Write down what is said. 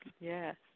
Yes